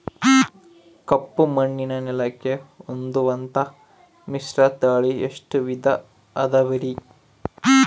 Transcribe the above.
ಕಪ್ಪುಮಣ್ಣಿನ ನೆಲಕ್ಕೆ ಹೊಂದುವಂಥ ಮಿಶ್ರತಳಿ ಎಷ್ಟು ವಿಧ ಅದವರಿ?